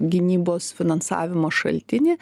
gynybos finansavimo šaltinį